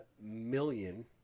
million